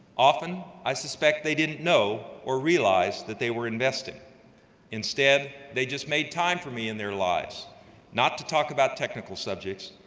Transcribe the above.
often i suspect they didn't know or realize that they were investing instead they just made time for me in their lives not to talk about technical subjects,